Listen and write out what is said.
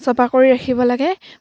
চফা কৰি ৰাখিব লাগে